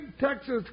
Texas